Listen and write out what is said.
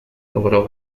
logró